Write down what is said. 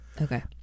Okay